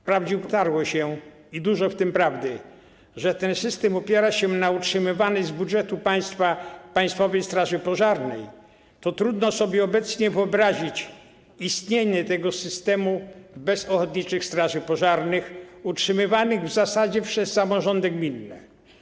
Wprawdzie utarło się, i dużo w tym prawdy, że ten system opiera się na utrzymywanej z budżetu państwa Państwowej Straży Pożarnej, to trudno sobie obecnie wyobrazić istnienie tego systemu bez ochotniczych straży pożarnych utrzymywanych w zasadzie przez samorządy gminne.